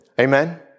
Amen